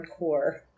hardcore